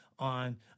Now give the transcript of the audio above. on